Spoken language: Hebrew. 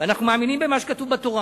ואנחנו מאמינים במה שכתוב בתורה,